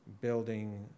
building